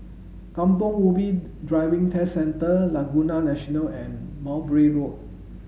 Kampong Ubi Driving Test Centre Laguna National and Mowbray Road